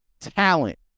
talent